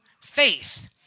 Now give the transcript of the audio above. faith